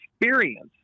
experience